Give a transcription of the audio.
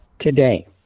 today